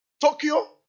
Tokyo